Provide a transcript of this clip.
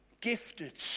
gifted